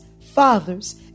fathers